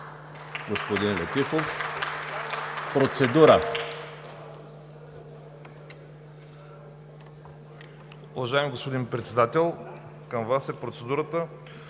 господин Летифов. Процедура.